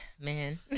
man